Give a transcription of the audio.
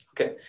Okay